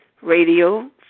radio